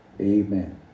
Amen